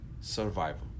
survival